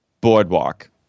boardwalk